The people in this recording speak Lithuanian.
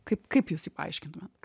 kaip kaip jūsų paaiškintumėt